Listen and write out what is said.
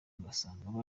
ugasanga